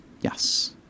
Yes